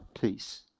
peace